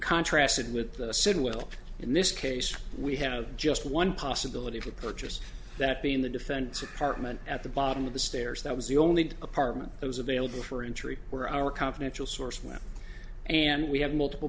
contracted with the cid well in this case we have just one possibility to purchase that being the defense department at the bottom of the stairs that was the only apartment that was available for entry were our confidential source went and we have multiple